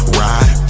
ride